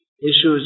issues